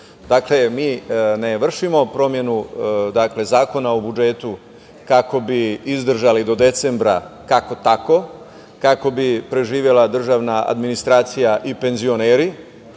drugo. Dakle, mi ne vršimo promenu Zakona o budžetu, kako bi izdržali do decembra kako tako, kako bi preživela državna administracija i penzioneri,